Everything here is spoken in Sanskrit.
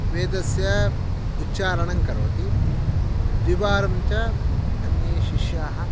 वेदस्य उच्चारणङ्करोति द्विवारं च अन्ये शिष्याः